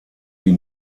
die